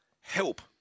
help